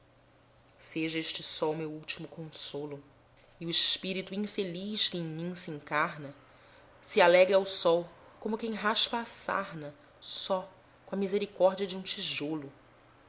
seja este sol meu último consolo e o espírito infeliz que em mim se encarna se alegre ao sol como quem raspa a sarna só com a misericórdia de um tijolo